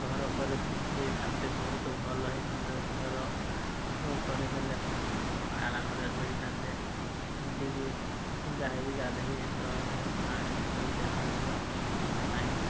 ଘର କରି ଦେଇଥାନ୍ତେ ବହୁତ ଭଲ ହେଇଥାନ୍ତା ଘର କରିଦେଲେ ଆରାମରେ ରହିଥାନ୍ତେ ଏମିତିକି ଗାଈ ଗାଧେଇ ଦବା ପାଇଁ ପାଣିର ସୁବିଧା ମଧ୍ୟ ନାହିଁ